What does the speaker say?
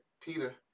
Peter